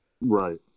Right